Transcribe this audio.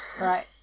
Right